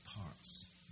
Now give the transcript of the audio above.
parts